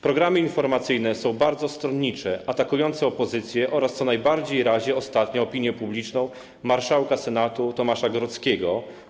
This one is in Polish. Programy informacyjne są bardzo stronnicze, atakujące opozycję oraz, co najbardziej razi ostatnio opinię publiczną, marszałka Senatu Tomasza Grodzkiego.